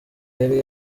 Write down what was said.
yari